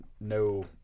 no